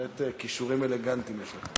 בהחלט כישורים אלגנטיים יש לך.